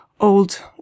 old